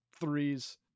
threes